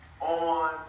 on